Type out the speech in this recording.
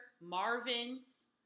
Marvin's